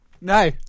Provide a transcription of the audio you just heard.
No